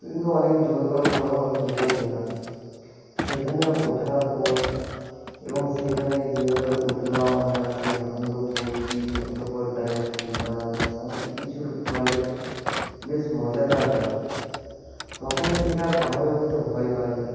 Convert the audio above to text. কিন্তু অনেক জোর করার পরেও আমি তবুও গেলাম সেখানে ওঠার পর এবং সেখানে যেভাবে উঠলাম আমরা সেই আনন্দ ফুর্তি কষ্টকরদায়ক চিন্তাভাবনা সমস্ত কিছুর ফলে বেশ মজাদার লাগলো তখন থেকে আর পাহাড়ে উঠতে ভয় পাই না